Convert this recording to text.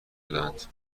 شدهاند